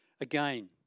Again